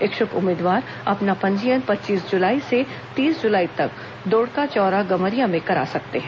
इच्छुक उम्मीदवार अपना पंजीयन पच्चीस जुलाई से तीस जुलाई तक दोड़का चौरा गमरिया में करा सकते हैं